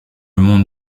monde